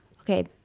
okay